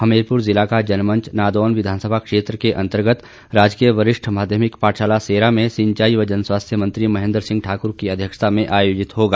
हमीरपुर जिला का जनमंच नादौन विधानसभा क्षेत्र के अंतर्गत राजकीय वरिष्ठ माध्यमिक पाठशाला सेरा में सिंचाई व जन स्वास्थ्य मंत्री महेन्द्र सिंह ठाकुर की अध्यक्षता में आयोजित होगा